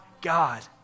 God